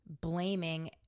blaming